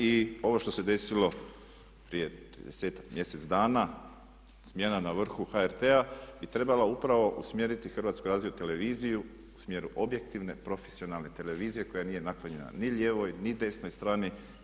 I ovo što se desilo prije tridesetak, mjesec dana smjena na vrhu HRT-a bi trebala upravo usmjeriti Hrvatsku radio televiziju u smjeru objektivne profesionalne televizije koja nije naklonjena ni lijevoj, ni desnoj strani.